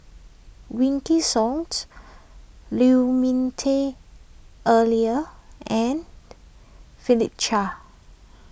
Wykidd Song Lu Ming Teh Earlier and Philip Chia